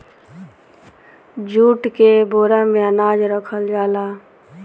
jute के बोरा में अनाज रखल जाला